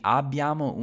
abbiamo